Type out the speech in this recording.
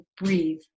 breathe